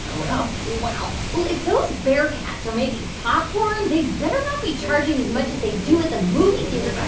oh, well. wow. well, if those bearcats are making popcorn, they better not be charging as much as they do at the movie theater. but